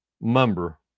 member